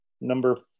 Number